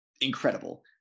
incredible